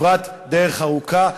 כברת דרך ארוכה.